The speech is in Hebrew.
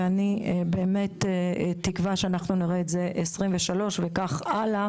ואני באמת תקווה שאנחנו נראה את זה ב-2023 וכך הלאה